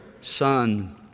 Son